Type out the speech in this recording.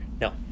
No